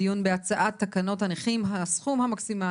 הדיון שלנו היום הוא בנושא הצעת תקנות הנכים (הסכום המקסימלי